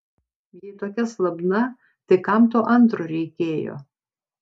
jei tokia slabna tai kam to antro reikėjo